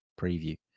preview